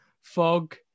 Fog